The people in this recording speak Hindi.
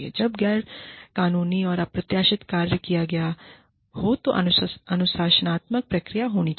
जब गैरकानूनी या अप्रत्याशित कार्य किया गया हो तो अनुशासनात्मक प्रक्रिया होनी चाहिए